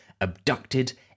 abducted